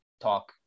talk